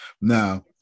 Now